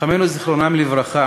חכמינו זיכרונם לברכה